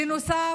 בנוסף,